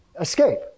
escape